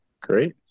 Great